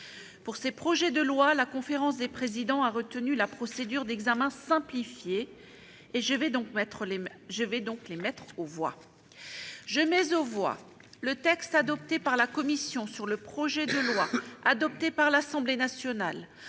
Pour ces projets de loi, la conférence des présidents a retenu la procédure d'examen simplifié. Je vais donc les mettre successivement aux voix. Je mets aux voix le texte adopté par la commission sur le projet de loi, adopté par l'Assemblée nationale,